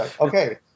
Okay